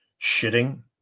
shitting